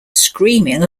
screaming